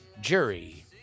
jury